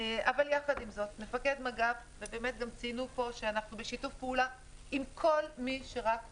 אבל יחד עם זאת אנחנו בשיתוף פעולה עם כל מי שרק ניתן,